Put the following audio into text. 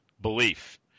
belief